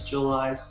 July